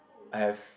I have